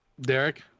Derek